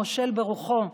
המושל ברוחו.